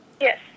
Yes